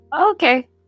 Okay